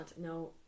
no